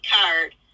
card